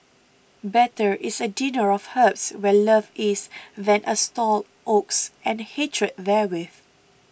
better is a dinner of herbs where love is than a stalled ox and hatred therewith